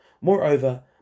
Moreover